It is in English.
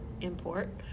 import